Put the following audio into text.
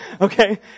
okay